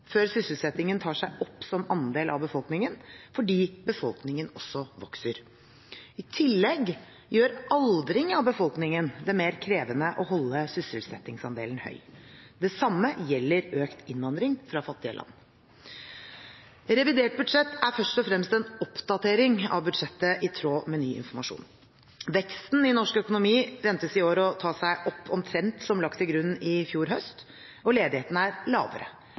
før sysselsettingen tar seg opp som andel av befolkningen, fordi befolkningen også vokser. I tillegg gjør aldring av befolkningen det mer krevende å holde sysselsettingsandelen høy. Det samme gjelder økt innvandring fra fattige land. Revidert budsjett er først og fremst en oppdatering av budsjettet i tråd med ny informasjon. Veksten i norsk økonomi ventes i år å ta seg opp omtrent som lagt til grunn i fjor høst, og ledigheten er lavere.